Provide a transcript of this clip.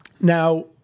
Now